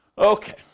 Okay